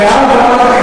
ואז מה?